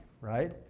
right